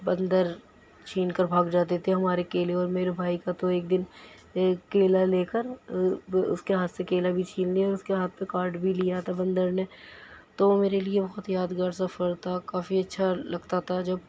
بندر چھین کر بھاگ جاتے تھے ہمارے کیلے اور میرے بھائی کا تو ایک دِن ایک کیلا لے کر اُس کے ہاتھ سے کیلا بھی چھین لیا اور اُس کا ہاتھ پہ کاٹ بھی لیا تھا بندر نے تو وہ میرے لئے بہت یادگار سفر تھا کافی اچھا لگتا تھا جب